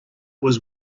was